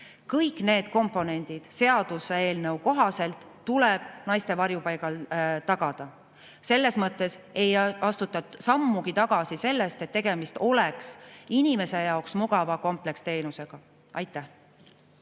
Kõik need komponendid tuleb seaduseelnõu kohaselt naiste varjupaigal tagada. Selles mõttes ei astuta sammugi tagasi sellest, et tegemist oleks inimese jaoks mugava kompleksteenusega. Suur